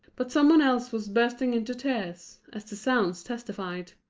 but some one else was bursting into tears as the sounds testified.